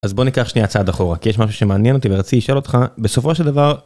אז בוא ניקח שניה הצעד אחורה כי יש משהו שמעניין אותי ורציתי לשאול אותך בסופו של דבר.